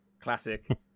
Classic